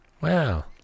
Wow